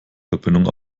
verbindung